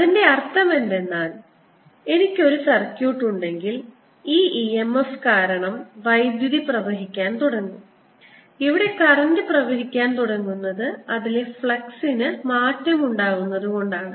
അതിന്റെ അർത്ഥം എന്തെന്നാൽ എനിക്ക് ഒരു സർക്യൂട്ട് ഉണ്ടെങ്കിൽ ഈ e m f കാരണം വൈദ്യുതി പ്രവഹിക്കാൻ തുടങ്ങും ഇവിടെ കറൻറ് പ്രവഹിക്കാൻ തുടങ്ങുന്നത് അതിലെ ഫ്ലക്സിന് മാറ്റമുണ്ടാകുന്നത് കൊണ്ടാണ്